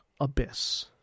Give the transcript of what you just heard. abyss